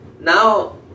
now